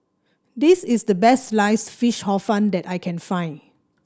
this is the best Sliced Fish Hor Fun that I can find